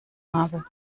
habe